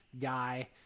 guy